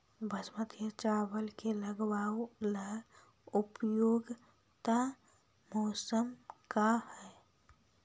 बासमती चावल के लगावे ला उपयुक्त मौसम का है?